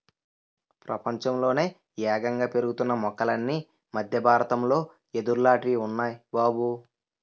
ప్రపంచంలోనే యేగంగా పెరుగుతున్న మొక్కలన్నీ మద్దె బారతంలో యెదుర్లాటివి ఉన్నాయ్ బాబూ